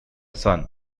son